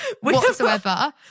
whatsoever